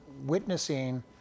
witnessing